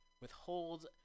withhold